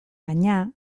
baina